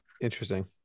interesting